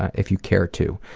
if you, care to.